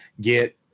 get